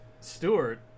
Stewart